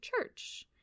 church